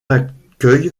accueille